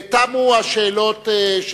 תמו השאלות.